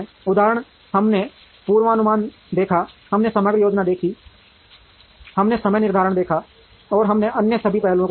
उदाहरण हमने पूर्वानुमान देखा हमने समग्र योजना देखी हमने समय निर्धारण देखा और हमने अन्य सभी पहलुओं को देखा